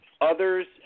Others